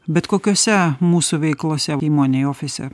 bet kokiose mūsų veiklose įmonėj ofise